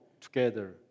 together